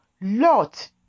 Lot